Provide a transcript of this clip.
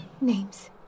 Names